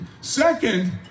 Second